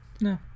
No